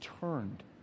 turned